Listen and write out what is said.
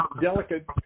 delicate